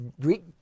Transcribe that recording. Greek